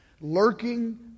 Lurking